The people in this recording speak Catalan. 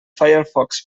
firefox